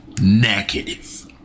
negative